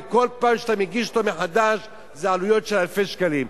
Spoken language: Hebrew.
וכל פעם שאתה מגיש אותה מחדש זה עלויות של אלפי שקלים.